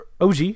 OG